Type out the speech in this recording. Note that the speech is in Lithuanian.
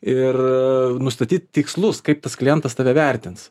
ir nustatyt tikslus kaip tas klientas tave vertins